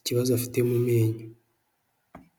ikibazo afite mu menyo.